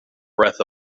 breath